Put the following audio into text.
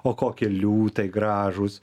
o kokie liūtai gražūs